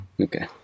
Okay